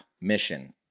mission